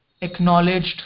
acknowledged